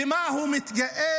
במה הוא מתגאה?